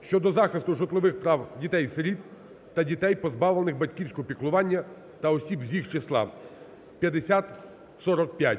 щодо захисту житлових прав дітей-сиріт та дітей, позбавлених батьківського піклування, та осіб з їх числа (5045).